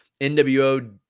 NWO